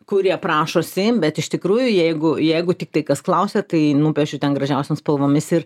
kurie prašosi bet iš tikrųjų jeigu jeigu tiktai kas klausia tai nupiešiu ten gražiausiom spalvomis ir